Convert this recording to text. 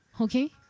Okay